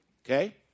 Okay